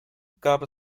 gab